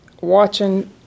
watching